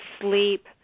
sleep